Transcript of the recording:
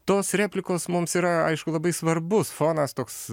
tos replikos mums yra aišku labai svarbus fonas toks